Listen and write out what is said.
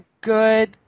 good